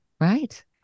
Right